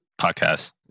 podcast